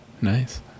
Nice